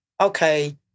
okay